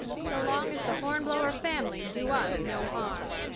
so long as the hornblower family do us no harm.